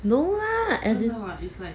no lah as in